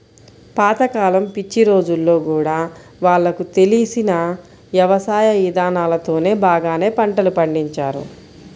పాత కాలం పిచ్చి రోజుల్లో గూడా వాళ్లకు తెలిసిన యవసాయ ఇదానాలతోనే బాగానే పంటలు పండించారు